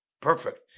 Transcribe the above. perfect